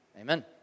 Amen